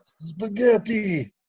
Spaghetti